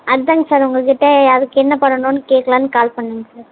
அதாங்க சார் உங்கள்கிட்ட அதற்கு என்ன பண்ணுன்னு கேட்கலான்னு கால் பண்ணேங்க சார்